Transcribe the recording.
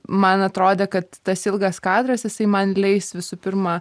man atrodė kad tas ilgas kadras jisai man leis visų pirma